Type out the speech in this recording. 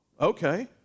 okay